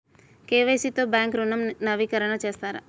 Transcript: KYC తో bank ఋణం నవీకరణ చేస్తారా?